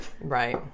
right